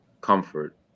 comfort